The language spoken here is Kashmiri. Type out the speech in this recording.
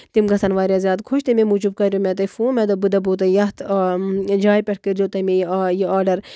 تِم گژھن واریاہ زیادٕ خۄش تَمے موٗجوٗب کَریاو مےٚ تۄہہِ فون مےٚ دوٚپ بہٕ دپو تۄہہِ یَتھ جایہِ پٮ۪ٹھ کٔرزیو تُہۍ مےٚ یہِ آڈر